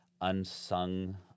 unsung